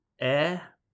air